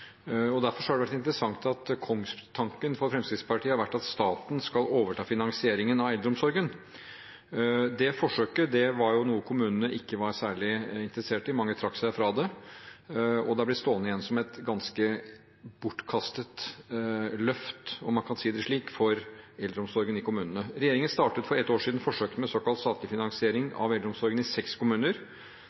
Derfor har det vært interessant at kongstanken til Fremskrittspartiet har vært at staten skal overta finansieringen av eldreomsorgen. Det forsøket var noe kommunene ikke var særlig interessert i – mange trakk seg fra det, og det har blitt stående som et ganske bortkastet løft, om man kan si det slik, for eldreomsorgen i kommunene. Regjeringen startet for ett år siden forsøket med såkalt statlig finansiering av eldreomsorgen i seks kommuner.